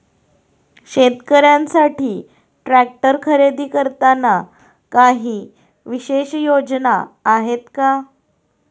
शेतकऱ्यांसाठी ट्रॅक्टर खरेदी करताना काही विशेष योजना आहेत का?